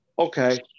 Okay